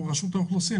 אנחנו רשות האוכלוסין,